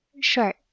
Sure